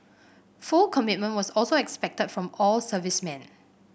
full commitment was also expected from all servicemen